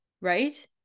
right